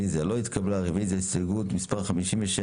בעד הרוויזיה על הסתייגות מספר 54?